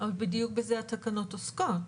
בדיוק בזה התקנות עוסקות.